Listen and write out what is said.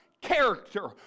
character